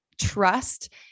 trust